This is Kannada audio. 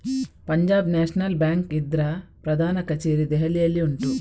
ಪಂಜಾಬ್ ನ್ಯಾಷನಲ್ ಬ್ಯಾಂಕ್ ಇದ್ರ ಪ್ರಧಾನ ಕಛೇರಿ ದೆಹಲಿಯಲ್ಲಿ ಉಂಟು